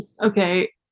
Okay